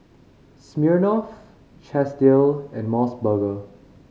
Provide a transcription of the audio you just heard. Smirnoff Chesdale and Mos Burger